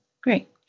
Great